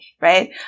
right